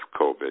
COVID